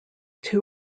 two